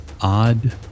odd